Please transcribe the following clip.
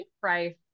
price